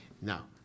Now